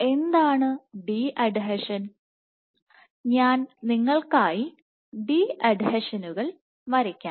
എന്താണ് the adhesion ഞാൻ നിങ്ങൾക്കായി ഡി അഡ്ഹീഷനുകൾ വരയ്ക്കാം